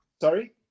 Sorry